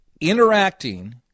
interacting